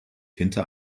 hinter